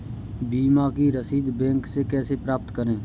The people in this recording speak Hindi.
बीमा की रसीद बैंक से कैसे प्राप्त करें?